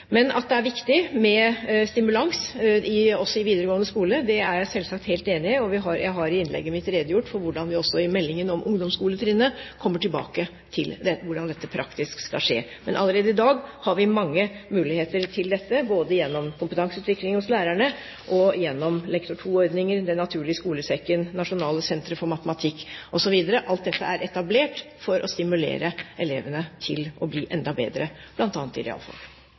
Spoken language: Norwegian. Men at det er viktig med stimulans også i videregående skole, er jeg selvsagt helt enig i. Jeg har i innlegget mitt redegjort for hvordan vi også i meldingen om ungdomsskoletrinnet kommer tilbake til hvordan dette praktisk skal skje. Men allerede i dag har vi mange muligheter til dette, både gjennom kompetanseutvikling hos lærerne, gjennom Lektor 2-ordningen, Den naturlige skolesekken, nasjonale sentre for matematikk osv. Alt dette er etablert for å stimulere elevene til å bli enda bedre, bl.a. i